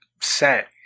set